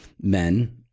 men